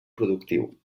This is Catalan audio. productiu